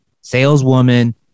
saleswoman